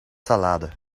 salade